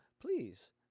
please